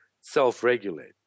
self-regulate